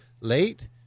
late